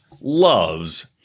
loves